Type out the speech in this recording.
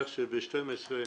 לא, אנחנו נשב במזנון,